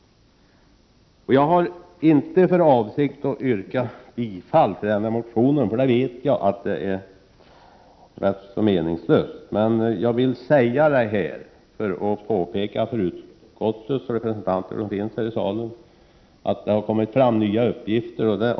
Jag har inte för avsikt att yrka bifall till motionen — jag vet att det är rätt meningslöst. Men jag har velat säga detta för att för utskottets representanter här i salen framhålla att det har kommit fram nya uppgifter.